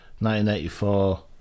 1984